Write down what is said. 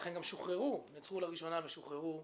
לכן גם נעצרו לראשונה ושוחררו,